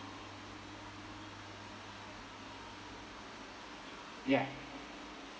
ya